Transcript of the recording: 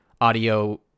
audio